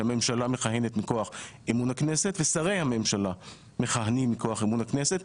שהממשלה מכהנת מכוח אמון הכנסת ושרי הממשלה מכהנים כוח אמון הכנסת.